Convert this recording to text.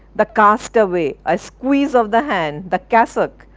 the castaway, a squeeze of the hand, the cassock,